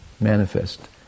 Manifest